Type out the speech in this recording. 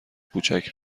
کوچک